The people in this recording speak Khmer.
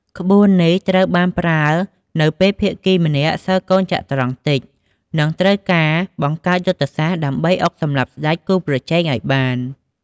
ក្បួននេះត្រូវបានប្រើនៅពេលភាគីម្នាក់សល់កូនចត្រង្គតិច និងត្រូវការបង្កើតយុទ្ធសាស្ត្រដើម្បីអុកសម្លាប់ស្ដេចគូប្រជែងឲ្យបាន។